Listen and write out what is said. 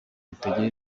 butagira